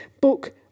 book